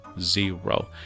zero